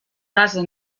casa